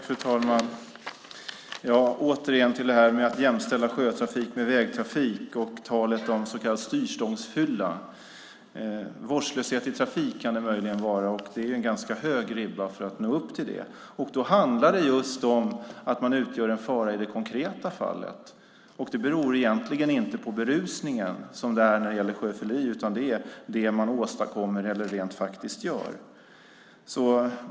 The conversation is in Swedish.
Fru talman! Jag återkommer till detta med att jämställa sjötrafik med vägtrafik och talet om så kallad styrstångsfylla. Det kan möjligen vara vårdslöshet i trafik, och det är en ganska hög ribba att nå upp till. Då handlar det om att man utgör en fara i det konkreta fallet. Det beror egentligen inte på berusningen, som det är när det gäller sjöfylleri, utan det beror på det man åstadkommer eller rent faktiskt gör.